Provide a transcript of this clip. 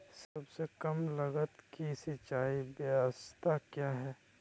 सबसे कम लगत की सिंचाई ब्यास्ता क्या है?